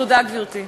תודה, גברתי.